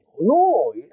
No